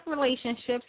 relationships